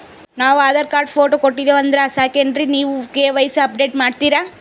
ನಾವು Aadhaar card, photo ಕೊಟ್ಟೀವಂದ್ರ ಸಾಕೇನ್ರಿ ನೀವ ಕೆ.ವೈ.ಸಿ ಅಪಡೇಟ ಮಾಡ್ತೀರಿ?